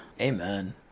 Amen